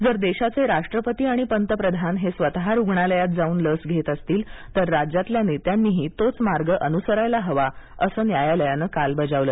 जर देशाचे राष्ट्रपती आणि पंतप्रधान हे स्वत रुग्णालयात जाऊन लस घेत असतील तर राज्यातल्या नेत्यांनीही तोच मार्ग अनुसरायला हवा असं न्यायालयानं काल बजावलं